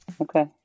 Okay